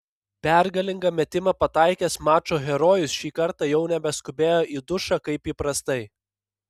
pergalingą metimą pataikęs mačo herojus šį kartą jau nebeskubėjo į dušą kaip įprastai